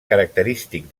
característic